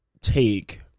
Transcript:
take